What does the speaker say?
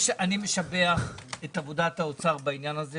משבח את עבודת האוצר בעניין הזה,